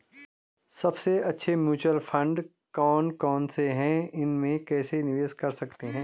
सबसे अच्छे mutual fund कौन कौनसे हैं इसमें कैसे निवेश कर सकते हैं?